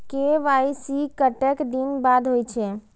KYC कतेक दिन बाद होई छै?